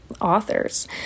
authors